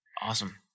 Awesome